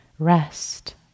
rest